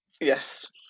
Yes